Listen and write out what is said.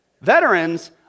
Veterans